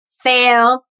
Fail